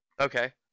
Okay